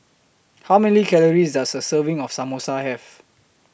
How Many Calories Does A Serving of Samosa Have